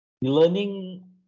learning